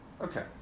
Okay